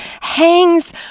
hangs